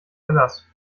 verlass